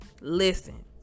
Listen